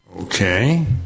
Okay